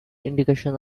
indication